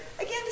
again